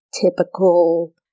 typical